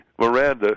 Miranda